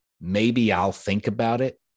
maybe-I'll-think-about-it